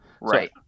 Right